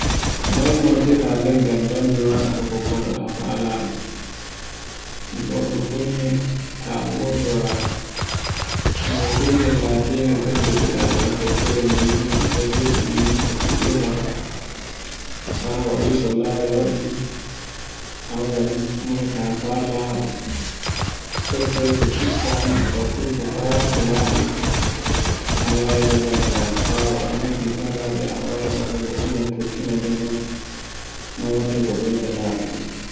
Noy moytirta leggal bandi maɗa to fokkotoɗa fa laɓa, un ɗo ɗun fu ni, tawoduwa moytirgel latingel kan desuɗa ira tekkere ninni ma ado ɓurɗi ninni ko fittirta, ɓawo ayi sollare waɗi, a wara nit, moyta fa laɓa, sese-sese fiɗɗa ne ada fufa, fa to laɓi fu tawawi fu ngadda, ɓawo a moyti a wawi waddugo ndiyam tokkina dow non non watta ko ɓeyda latungo